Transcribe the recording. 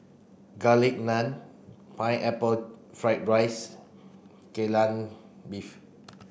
garlic naan pineapple fried rice Kai Lan beef